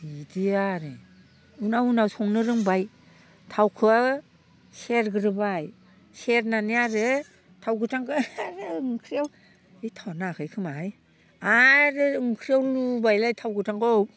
बिदि आरो उनाव उनाव संनो रोंबाय थावखो सेरग्रोबाय सेरनानै आरो थाव गोथांखो आरो ओंख्रियाव ऐ थावआ नाङाखैखोमाहाय आरो ओंख्रियाव लुबाय थाव गोथांखौ